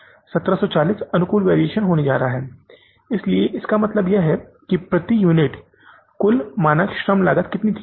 1740 अनुकूल वेरिएशन होने जा रहा है इसलिए इसका मतलब है कि प्रति यूनिट कुल मानक श्रम लागत कितनी थी